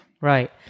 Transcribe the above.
Right